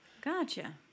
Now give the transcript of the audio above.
Gotcha